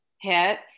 hit